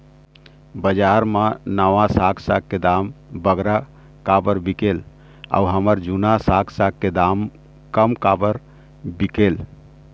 बजार मा नावा साग साग के दाम बगरा काबर बिकेल अऊ हमर जूना साग साग के दाम कम काबर बिकेल?